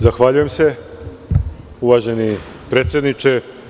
Zahvaljujem se uvaženi predsedniče.